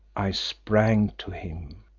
i sprang to him,